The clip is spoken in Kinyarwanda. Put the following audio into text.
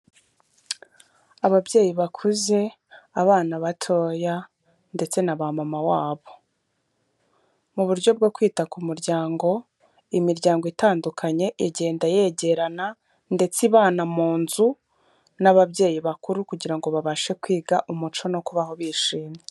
Ababyeyi bakuze, abana batoya ndetse na ba mama wabo, mu buryo bwo kwita ku muryango imiryango itandukanye igenda yegerana ndetse ibana mu nzu n'ababyeyi bakuru kugira ngo babashe kwiga umuco no kubaho bishimye.